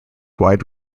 wide